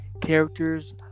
character's